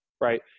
right